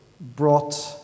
brought